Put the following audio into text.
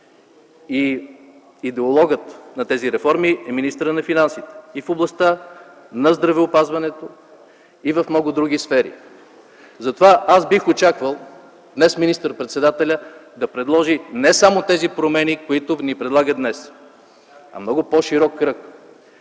и идеологът на тези реформи е министърът на финансите – и в областта на здравеопазването, и в много други сфери. Затова аз бих очаквал днес министър-председателят да предложи не само тези промени, които ни предлагат днес, а много по-широк кръг.